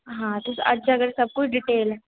हां तुस अज्ज अगर सब कुछ डिटेल